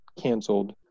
canceled